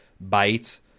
bite